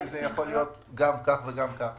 כי זה יכול להיות גם כך וגם כך.